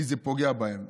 כי זה פוגע בהם.